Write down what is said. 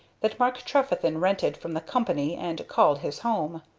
that mark trefethen rented from the company and called his home.